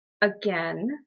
again